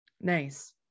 Nice